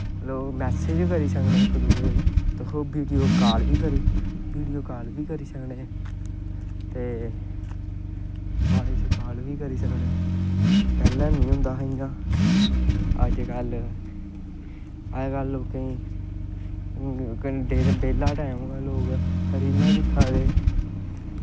लोग मैसेज़ बी करी सकने तुस बीडियो कॉल बी करी सकने ते वाईस कॉल बी करी सकने पैह्लैं निं होंदा हा इ'यां अजकल्ल लोकें गी बेह्ला टैम होऐ लोग रीलां दिक्खा दे